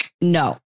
No